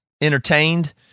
entertained